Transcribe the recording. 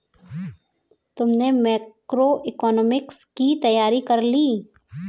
तुमने मैक्रोइकॉनॉमिक्स की तैयारी कर ली?